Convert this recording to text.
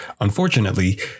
unfortunately